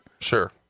Sure